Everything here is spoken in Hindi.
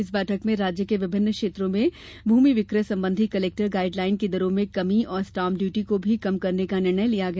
इस बैठक में राज्य के विभिन्न क्षेत्रों में भूमि विक्रय संबंधी कलेक्टर गाइडलाइन की दरों में कमी और स्टाम्प ड्यूटी को भी कम करने का निर्णय लिया गया